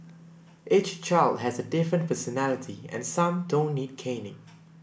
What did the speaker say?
each child has a different personality and some don't need caning